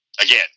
Again